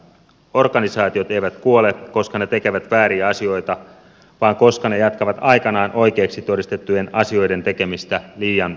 organisaatiot eivät kuole koska ne tekevät vääriä asioita vaan koska ne jatkavat aikanaan oikeiksi todistettujen asioiden tekemistä liian pitkään